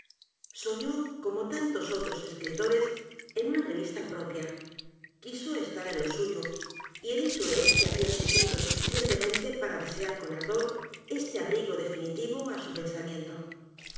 soñó como tantos otros escritores en una revista propia quiso estar en lo suyo y el hecho es que había sufrido suficientemente p a r a desear con ardor este abrigo definitivo á su pensamiento